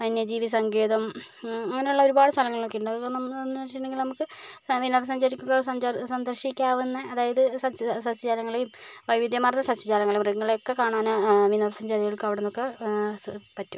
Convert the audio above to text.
വന്യജീവി സങ്കേതം അങ്ങനെയുള്ള ഒരുപാട് സ്ഥലങ്ങളൊക്കെ ഉണ്ട് അത് നമ് എന്ന് വെച്ചിട്ടുണ്ടെങ്കിൽ നമുക്ക് സമയ വിനോദസഞ്ചരി സഞ്ചാരി സന്ദർശിക്കാവുന്ന അതായത് സസ്യ സസ്യജാലങ്ങളെയും വൈവിധ്യമാർന്ന സസ്യജാലങ്ങളെയും മൃഗങ്ങളെയും ഒക്കെ കാണാൻ വിനോദസഞ്ചാരികൾക്ക് അവിടുന്നൊക്കെ സ് പറ്റും